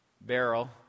barrel